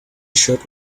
shirt